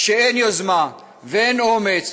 כשאין יוזמה ואין אומץ,